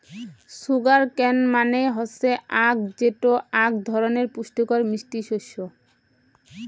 sugar cane মানে হসে আখ যেটো আক ধরণের পুষ্টিকর মিষ্টি শস্য